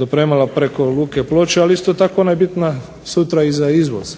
dopremala preko luke Ploče ali isto tako ona je bitna sutra za izvoz